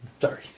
Sorry